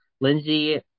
Lindsey